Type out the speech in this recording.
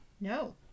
No